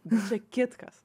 bet čia kitkas